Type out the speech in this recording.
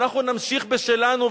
ואנחנו נמשיך בשלנו,